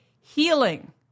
Healing